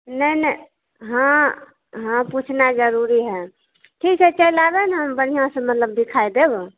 नहि नहि हँ हँ पूछनाइ जरूरी हइ ठीक हइ चलि आबै ने हम बढ़िऑं से मतलब दिखा देब